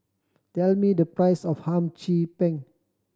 tell me the price of Hum Chim Peng